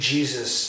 Jesus